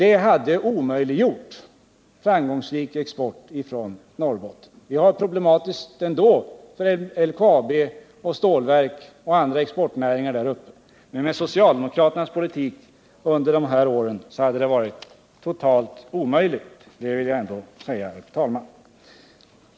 Det hade omöjliggjort en framgångsrik export från Norrbotten. Vi har problem ändå med LKAB, stålverk och andra exportföretag där uppe. Men med socialdemokraternas politik under de här åren hade det varit totalt omöjligt — det vill jag ändå ha sagt, herr talman.